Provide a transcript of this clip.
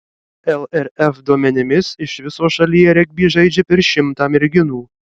lrf duomenimis iš viso šalyje regbį žaidžia per šimtą merginų